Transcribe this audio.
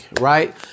right